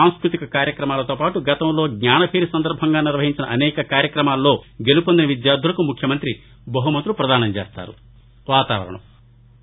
సాంస్కృతిక కార్యక్రమాలతో పాటు గతంలో జ్ఞానభేరి సందర్బంగా నిర్వహించిన అనేక కార్యక్రమాలలో గెలుపొందిన విద్యార్దులకు ముఖ్యమంతి బహుమతులు పదానం చేస్తారు